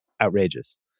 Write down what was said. outrageous